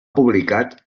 publicat